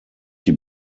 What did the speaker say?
die